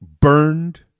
burned